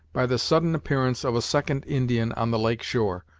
by the sudden appearance of a second indian on the lake shore,